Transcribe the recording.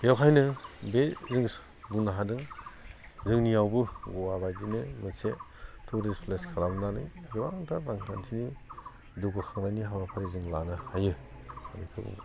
बेवहायनो बे जों बुंनो हादों जोंनियावबो गवा बायदिनो मोनसे टुरिस्ट प्लेस खालामनानै गोबांथार रांखान्थिनि जौगाखांनायनि हाबाफारि जों लानो हायो